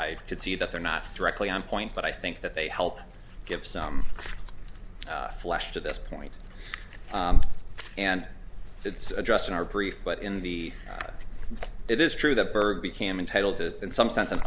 i could see that they're not directly on point but i think that they help give some flesh to this point and it's addressed in our brief but in the it is true that birth became entitle to in some sense